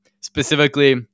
Specifically